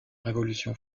révolution